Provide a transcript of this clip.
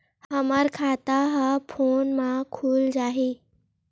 हमर खाता ह फोन मा खुल जाही?